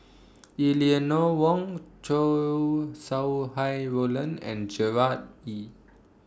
Eleanor Wong Chow Sau Hai Roland and Gerard Ee